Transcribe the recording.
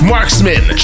Marksman